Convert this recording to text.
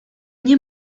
nie